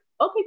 okay